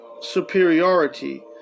superiority